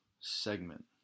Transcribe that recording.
segment